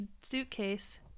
suitcase